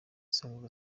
asanzwe